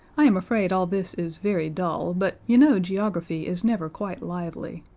i am afraid all this is very dull, but you know geography is never quite lively,